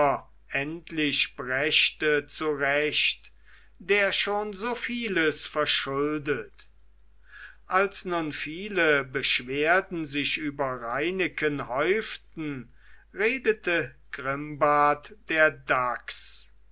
endlich brächte zu recht der schon so vieles verschuldet als nun viele beschwerden sich über reineken häuften redete grimbart der dachs